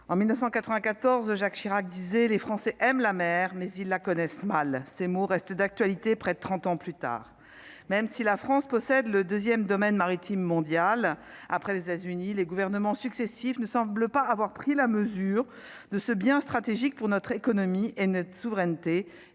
en 1994 Jacques Chirac disait : les Français aiment la mer, mais ils la connaissent mal ces mots reste d'actualité, près de 30 ans plus tard, même si la France possède le 2ème domaine maritime mondial après les États-Unis, les gouvernements successifs ne semblent pas avoir pris la mesure de ce bien stratégique pour notre économie et notre souveraineté